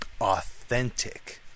authentic